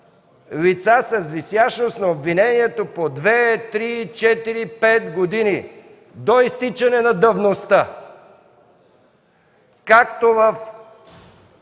лица с висящност на обвинението по 2-3-4-5 години, до изтичане на давността. Както в